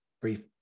brief